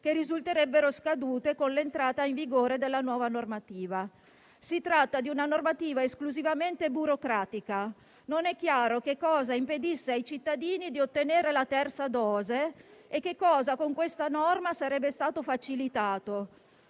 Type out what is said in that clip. che risulterebbero scadute con l'entrata in vigore della nuova normativa. Si tratta di una normativa esclusivamente burocratica: non è chiaro cosa impedisse ai cittadini di ottenere la terza dose e cosa con questa norma sarebbe stato facilitato.